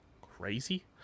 crazy